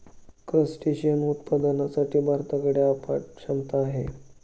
crustacean उत्पादनासाठी भारताकडे अफाट क्षमता आहे